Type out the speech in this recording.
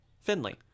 Finley